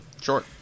Sure